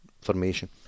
formation